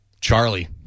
Charlie